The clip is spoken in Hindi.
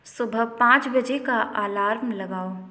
सुबह पाँच बजे का अलार्म लगाओ